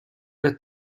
der